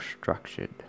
structured